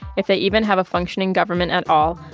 if they even have a functioning government at all.